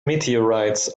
meteorites